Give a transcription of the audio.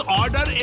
order